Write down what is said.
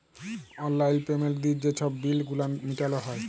অললাইল পেমেল্ট দিঁয়ে যে ছব বিল গুলান মিটাল হ্যয়